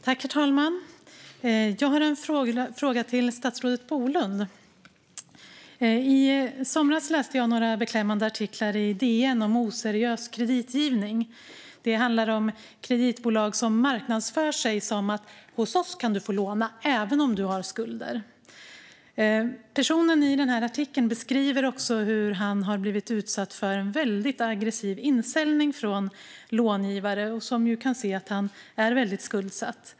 Herr talman! Jag har en fråga till statsrådet Bolund. I somras läste jag några beklämmande artiklar i DN om oseriös kreditgivning. Det handlade om kreditbolag som marknadsför sig som: Hos oss kan du få låna även om du har skulder. Personen i artikeln beskriver hur han har blivit utsatt för en väldigt aggressiv insäljning från långivare som kan se att han är väldigt skuldsatt.